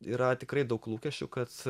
yra tikrai daug lūkesčių kad